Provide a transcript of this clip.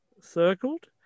circled